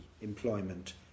employment